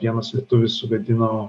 vienas lietuvis sugadino